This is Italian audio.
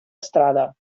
strada